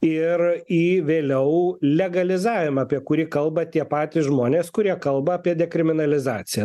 ir į vėliau legalizavimą apie kurį kalba tie patys žmonės kurie kalba apie dekriminalizaciją